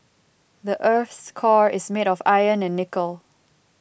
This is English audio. the earth's core is made of iron and nickel